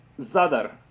Zadar